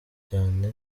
cyane